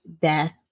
death